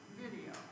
video